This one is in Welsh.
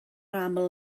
aml